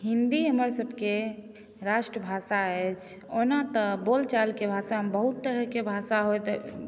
हिन्दी हमर सबके राष्ट्रभाषा अछि ओना तऽ बोलचालके भाषामे बहुत तरहके भाषा होइत